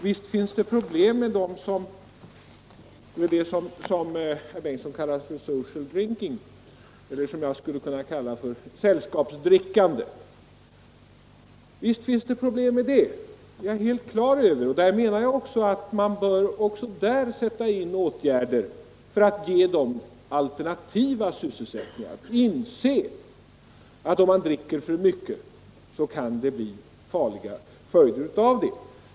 Visst finns det problem med det som herr Bengtson kallar social drinking — eller som jag skulle kunna kalla för sällskapsdrickande — det är jag helt på det klara med. Jag menar att man även där bör sätta in åtgärder för att ge alternativa sysselsättningar och insikt i att om man dricker för mycket kan det bli farliga följder.